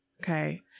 Okay